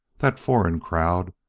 that foreign crowd,